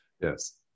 Yes